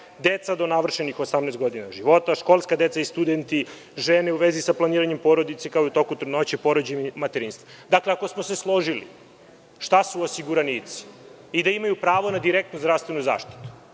deca do navršenih 18 godina života, školska deca i studenti, žene u vezi sa planiranjem porodice, kao i u toku trudnoće, porođaja i materinstva. Dakle, ako smo se složili šta su osiguranici i da imaju pravo na direktnu zdravstvenu zaštitu